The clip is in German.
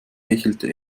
hechelte